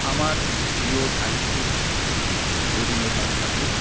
আমার প্রিয় সাহিত্যিক রবীন্দ্রনাথ ঠাকুর